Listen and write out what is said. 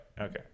Okay